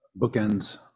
bookends